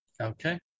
Okay